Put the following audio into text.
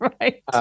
right